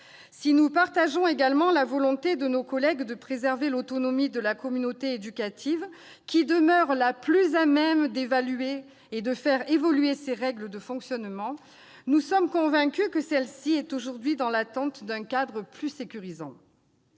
Si nous partageons également la volonté de nos collègues de préserver l'autonomie de la communauté éducative, qui demeure la mieux à même d'évaluer et de faire évoluer ses règles de fonctionnement, nous sommes convaincus que celle-ci est aujourd'hui dans l'attente d'un cadre plus sécurisant.